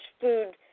food